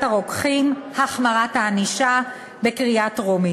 הרוקחים (החמרת הענישה) בקריאה טרומית.